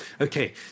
Okay